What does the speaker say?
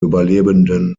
überlebenden